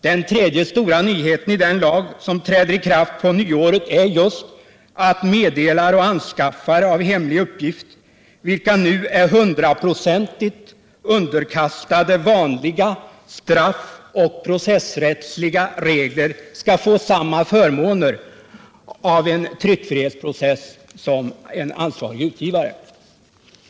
Den tredje stora nyheten i den lag som träder i kraft på nyåret är just att meddelare och anskaffare av hemlig uppgift, vilka nu är hundraprocentigt underkastade vanliga straffoch processrättsliga regler, skall få samma förmåner av en tryckfrihetsprocess som en ansvarig utgivare.